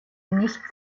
nicht